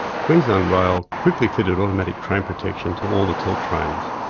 queensland rail quickly fitted automatic train protection to all the tilt trains.